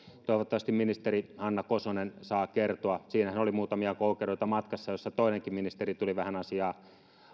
toivottavasti ministeri hanna kosonen saa kertoa siinähän oli muutamia koukeroita matkassa jossa toinenkin ministeri tuli vähän asiaa